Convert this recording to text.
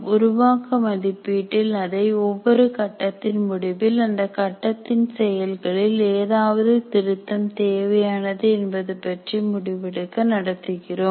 உருவாக்க மதிப்பீட்டில் அதை ஒவ்வொரு கட்டத்தின் முடிவில் அந்தக் கட்டத்தின் செயல்களில் ஏதாவது திருத்தம் தேவையானது என்பது பற்றி முடிவெடுக்க நடத்துகிறோம்